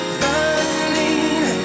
burning